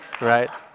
right